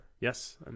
Yes